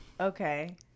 okay